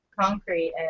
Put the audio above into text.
concrete